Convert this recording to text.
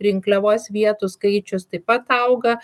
rinkliavos vietų skaičius taip pat auga